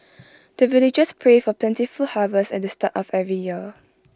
the villagers pray for plentiful harvest at the start of every year